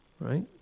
Right